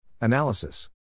Analysis